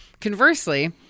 Conversely